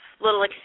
little